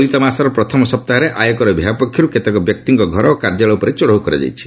ଚଳିତ ମାସର ପ୍ରଥମ ସପ୍ତାହରେ ଆୟକର ବିଭାଗ ପକ୍ଷରୁ କେତେକ ବ୍ୟକ୍ତିଙ୍କ ଘର ଓ କାର୍ଯ୍ୟାଳୟ ଉପରେ ଚଢ଼ାଉ କରାଯାଇଛି